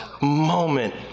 moment